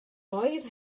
oer